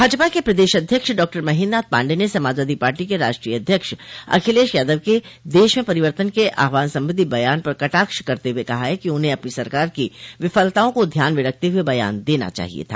भाजपा के प्रदेश अध्यक्ष डॉक्टर महेन्द्रनाथ पाण्डेय ने समाजवादी पार्टी के राष्ट्रीय अध्यक्ष अखिलेश यादव के देश में परिवर्तन के आहवान संबंधी बयान पर कटाक्ष करते हुए कहा है कि उन्हें अपनी सरकार की विफलताओं को ध्यान में रखते हुए बयान देना चाहिए था